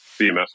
CMS